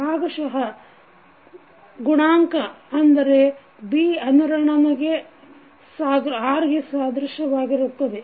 ಭಾಗಶಃ ಗುಣಾಂಕ ಅಂದರೆ B ಅನುರಣನ R ಗೆ ಸಾದೃಶ್ಯವಾಗಿರುತ್ತದೆ